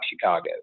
Chicago